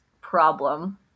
problem